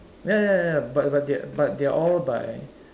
ya ya ya but but they but they're all by